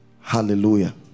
Hallelujah